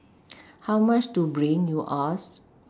how much to bring you ask